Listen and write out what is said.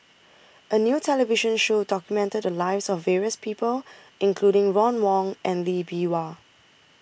A New television Show documented The Lives of various People including Ron Wong and Lee Bee Wah